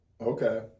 Okay